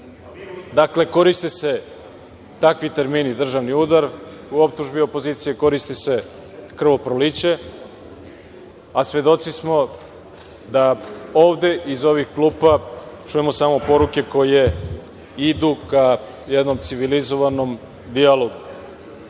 Dakle, koriste se takvi termini „državni udar“ u optužbi opozicije, koristi se „krvoproliće“, a svedoci smo da ovde, iz ovih klupa, čujemo samo poruke koje idu ka jednom civilizovanom